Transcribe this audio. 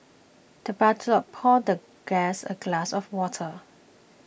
the butler poured the guest a glass of water